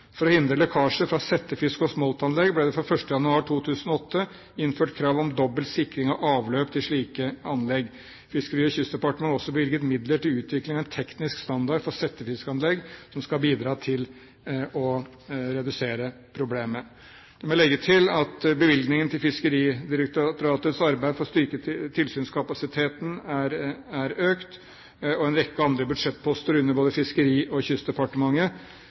For å hindre lekkasjer fra settefisk- og smoltanlegg ble det fra 1. januar 2008 innført krav om dobbelt sikring av avløp til slike anlegg. Fiskeri- og kystdepartementet har også bevilget midler til utvikling av en teknisk standard for settefiskanlegg, som skal bidra til å redusere problemet. Jeg må legge til at bevilgningen til Fiskeridirektoratets arbeid for å styrke tilsynskapasiteten er økt, og en rekke andre budsjettposter under både Fiskeri- og kystdepartementet